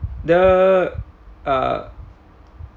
the uh